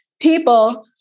people